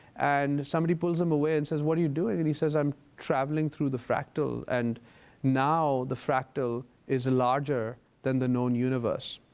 and somebody pulls him away and says, what are you doing? and he says, i'm traveling through the fractal, and now the fractal is larger than the known universe.